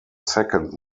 second